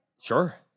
Sure